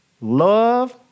Love